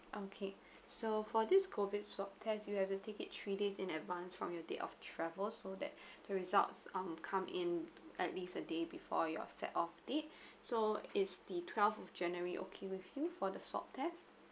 okay so for this COVID swab test you have to take it three days in advance from your date of travel so that the results um come in at least a day before your set off date so is the twelfth of january okay with you for the swab test